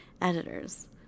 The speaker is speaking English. editors